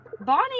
Bonnie